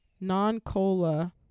non-cola